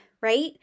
right